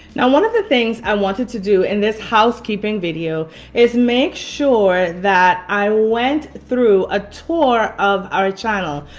now one of the things i wanted to do in this housekeeping video is make sure that i went through a tour of our channel.